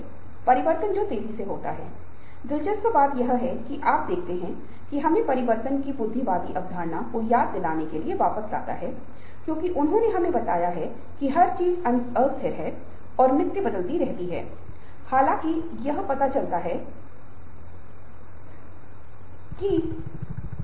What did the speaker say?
इसके विपरीत प्रक्रिया सिद्धांत बोलता है कि व्यक्ति कैसे प्रेरित महसूस करता है व्यक्ति के दिमाग में क्या चलता है किसी व्यवहार को आरंभ करने जारी रखने या रोकने के बरेमे और कूच सिद्धांत जो मैंने उल्लेख किया है जो आत्म प्रेरणा के लिए प्रासंगिक हैं और इस पर चर्चा की जाएगी मास्लो के सिद्धांत Maslows Theory में संक्षेप में कहें यह कहता है कि पदानुक्रम में पाँच ज़रूरतें होती हैं और व्यक्ति जो आप पारदर्शी रूप में देखते हैं जैसा कि आप यहाँ देखते हैं व्यक्ति एक के बाद एक जरूरतों को पूरा करने की कोशिश करेगा